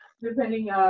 depending